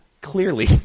clearly